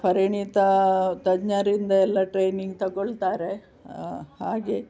ಪರಿಣಿತ ತಜ್ಞರಿಂದ ಎಲ್ಲಾ ಟ್ರೈನಿಂಗ್ ತೊಗೊಳ್ತಾರೆ ಹಾಗೆ